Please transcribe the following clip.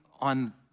on